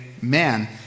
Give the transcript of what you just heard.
man